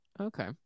Okay